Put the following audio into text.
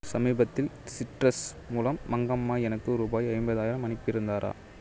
சமீபத்தில் சிட்ரஸ் மூலம் மங்கம்மா எனக்கு ரூபாய் ஐம்பதாயிரம் அனுப்பி இருந்தாரா